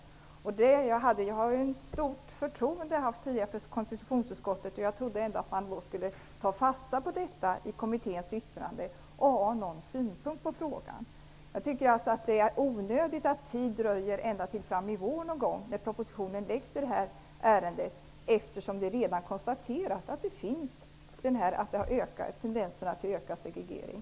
Jag har tidigare haft och har ett stort förtroende för konstitutionsutskottet. Jag trodde att det skulle ta fasta på kommitténs yttrande och ha någon synpunkt på frågan. Det är onödigt att det dröjer ända fram till någon gång i vår, när en proposition läggs fram i ärendet, eftersom det redan är konstaterat att det finns tendenser till ökad segregering.